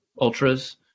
ultras